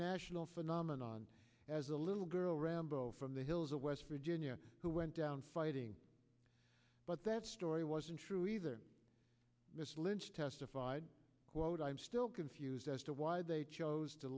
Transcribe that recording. national phenomenon as a little girl rambo from the hills of west virginia who went down fighting but that story wasn't true either miss lynch testified quote i am still confused as to why they chose to